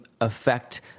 affect